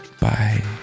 Bye